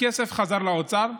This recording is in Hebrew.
הכסף חזר לאוצר.